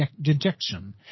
dejection